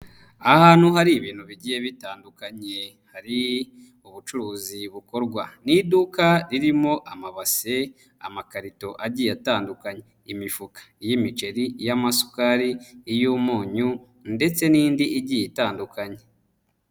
Ahantu hari ibintu bigiye bitandukanye hari ubucuruzi bukorwa ni iduka ririmo amabase amakarito agiye atandukanye, imifuka y'imiceri, y'amasukari, iy'umunyu ndetse n'indi igiye itandukanye.